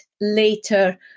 later